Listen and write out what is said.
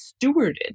stewarded